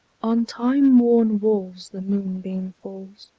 on time-worn walls the moonbeam falls,